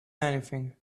anything